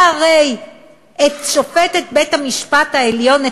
והרי את שופטת בית-המשפט העליון,